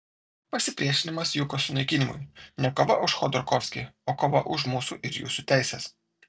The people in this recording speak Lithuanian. pasipriešinimas jukos sunaikinimui ne kova už chodorkovskį o kova už mūsų ir jūsų teises